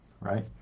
right